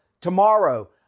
tomorrow